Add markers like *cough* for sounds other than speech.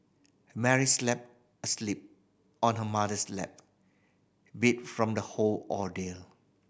Mary *unintelligible* asleep on her mother's lap beat from the whole ordeal